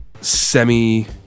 semi